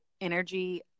energy